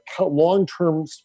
long-term